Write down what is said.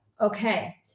Okay